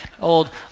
old